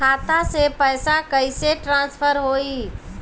खाता से पैसा कईसे ट्रासर्फर होई?